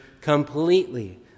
completely